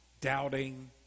doubting